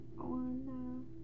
on